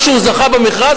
מה שהוא זכה במכרז,